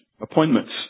appointments